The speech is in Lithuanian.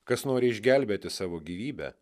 kas nori išgelbėti savo gyvybę